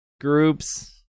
groups